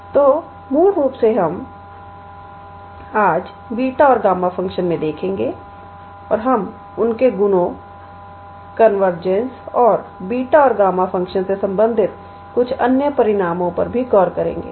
तो हम मूल रूप से आज बीटा और गामा फ़ंक्शन में देखेंगे और हम उनके गुणों कन्वर्जेंस और बीटा और गामा फ़ंक्शन से संबंधित कुछ अन्य परिणामों पर गौर करेंगे